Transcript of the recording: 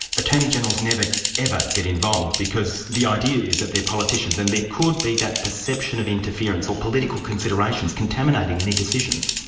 attorneys-general never ever get involved, because the idea is that they're politicians, and there could be that perception of interference or political considerations contaminating any decision.